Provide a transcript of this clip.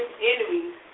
enemies